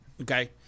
Okay